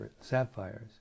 sapphires